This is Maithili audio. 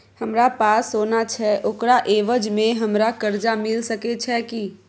हमरा पास सोना छै ओकरा एवज में हमरा कर्जा मिल सके छै की?